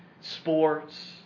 sports